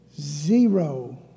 zero